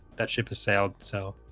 that ship has sailed. so